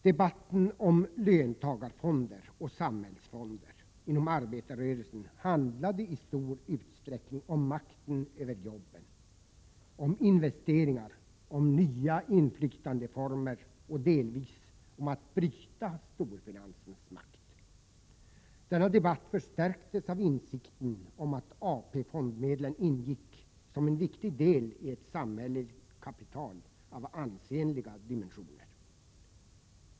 Debatten om löntagarfonder och samhällsfonder inom arbetarrörelsen handlade i stor utsträckning om makten över jobben, om investeringar, om 117 nya inflytandeformer och delvis om att bryta storfinansens makt. Denna debatt förstärktes av insikten om att AP-fondsmedlen ingick som en viktig deli ett samhälleligt kapital av ansenliga dimensioner.